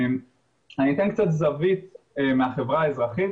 אני אתן קצת זווית מהחברה האזרחית